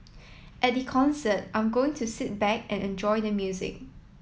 at the concert I'm going to sit back and enjoy the music